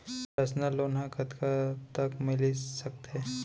Personal loan ह कतका तक मिलिस सकथे?